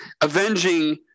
avenging